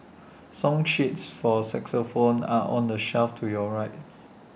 song sheets for xylophones are on the shelf to your right